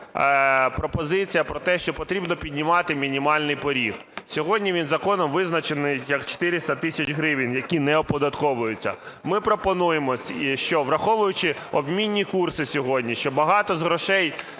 пропозиція про те, що потрібно піднімати мінімальний поріг, сьогодні він законом визначений як 400 тисяч гривень, який не оподатковується. Ми пропонуємо, що, враховуючи обмінні курси сьогодні, що багато з грошей